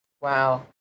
Wow